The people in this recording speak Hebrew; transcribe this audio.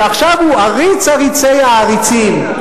ועכשיו הוא עריץ עריצי העריצים.